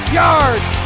yards